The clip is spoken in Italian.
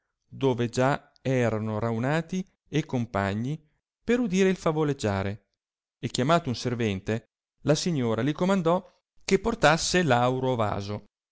dove già erano raunati e compagni per udire il favoleggiare e chiamato un servente la signora le comandò che portasse l'auro vaso